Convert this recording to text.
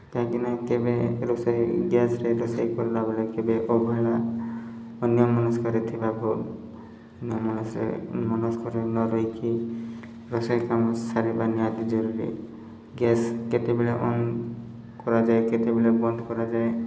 କାହିଁକିନା କେବେ ରୋଷେଇ ଗ୍ୟାସ୍ରେ ରୋଷେଇ କଲାବେଳେ କେବେ ଅବହେଳା ଅନ୍ୟମନସ୍କରେ ଥିବା ଅନ୍ୟ ମନସ୍କରେ ନରହିକି ରୋଷେଇ କାମ ସାରିବା ନିହାତି ଜରୁରୀ ଗ୍ୟାସ୍ କେତେବେଳେ ଅନ୍ କରାଯାଏ କେତେବେଳେ ବନ୍ଦ କରାଯାଏ